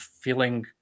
feeling